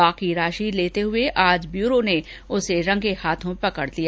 बाकी राशि लेते हुए आज ब्यूरो ने उसे रंगे हाथों पकड़ लिया